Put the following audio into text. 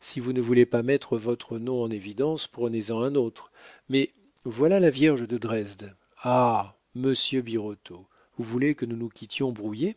si vous ne voulez pas mettre votre nom en évidence prenez-en un autre mais voilà la vierge de dresde ah monsieur birotteau vous voulez que nous nous quittions brouillés